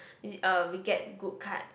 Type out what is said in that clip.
is uh we get good cards